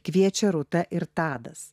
kviečia rūta ir tadas